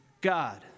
God